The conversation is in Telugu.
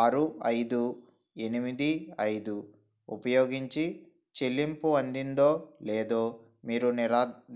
ఆరు ఐదు ఎనిమిది ఐదు ఉపయోగించి చెల్లింపు అందిందో లేదో మీరు